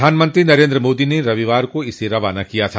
प्रधानमंत्री नरेन्द्र मोदी ने रविवार को इसे रवाना किया था